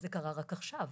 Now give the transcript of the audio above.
זה קרה רק עכשיו.